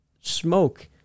Smoke